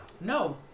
No